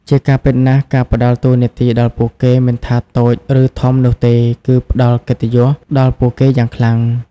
ជាការពិតណាស់ ការផ្តល់តួនាទីដល់ពួកគេ មិនថាតូច ឬធំនោះទេ គឺ ផ្តល់កិត្តិយស ដល់ពួកគេយ៉ាងខ្លាំង។